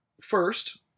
First